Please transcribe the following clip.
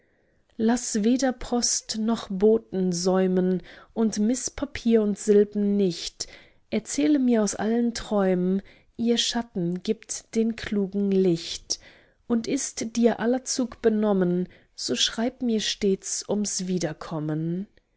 laß weder post noch boten säumen und miß papier und silben nicht erzähle mir aus allen träumen ihr schatten gibt den klugen licht und ist dir aller zeug benommen so schreib mir stets ums wiederkommen